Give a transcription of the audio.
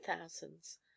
thousands